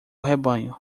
rebanho